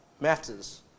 matters